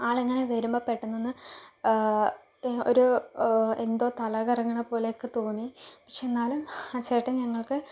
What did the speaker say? ആളെങ്ങനെ വരുമ്പം പെട്ടന്നൊന്ന് ഒര് എന്തോ തലകറങ്ങണ പോലെ ഒക്കെ തോന്നി പക്ഷേ എന്നാലും ആ ചേട്ടൻ ഞങ്ങൾക്ക്